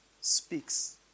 speaks